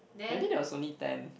maybe there was only ten